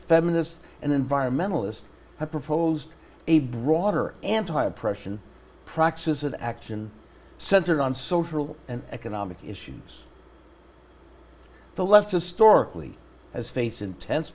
feminist and environmentalist proposed a broader anti oppression praxis of action centered on social and economic issues the left historically as face intense